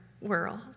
world